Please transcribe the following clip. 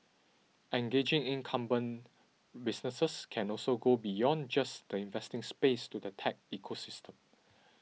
engaging incumbent businesses can also go beyond just the investing space to the tech ecosystem